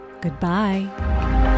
Goodbye